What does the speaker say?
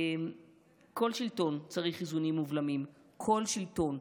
כל שלטון צריך איזונים ובלמים, כל שלטון.